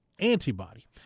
antibody